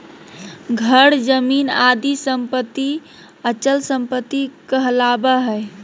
घर, जमीन आदि सम्पत्ति अचल सम्पत्ति कहलावा हइ